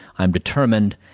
i am determined,